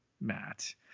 Matt